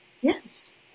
Yes